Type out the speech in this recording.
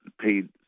paid